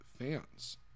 fans